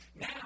Now